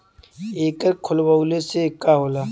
एकर खोलवाइले से का होला?